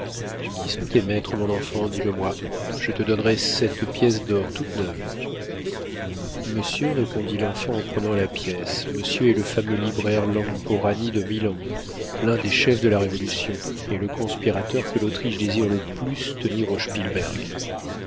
qui sont tes maîtres mon enfant dis-le moi je te donnerai cette pièce d'or toute neuve monsieur répondit l'enfant en prenant la pièce monsieur est le fameux libraire lamporani de milan l'un des chefs de la révolution et le conspirateur que l'autriche désire le plus tenir